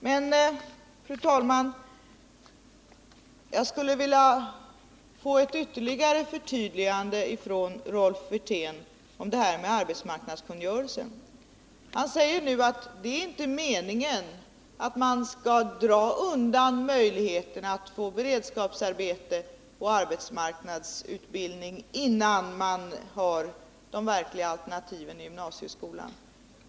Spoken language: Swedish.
Men, fru talman, jag skulle vilja få ett ytterligare förtydligande från Rolf Wirtén om detta med arbetsmarknadskungörelsen. Han säger nu att det inte är meningen att dra undan möjligheten att få beredskapsarbete och arbetsmarknadsutbildning innan man har de verkliga alternativen i gymnasieskolan.